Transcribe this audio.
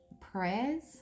prayers